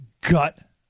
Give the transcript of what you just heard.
gut